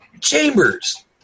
Chambers